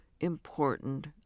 important